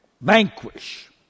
vanquish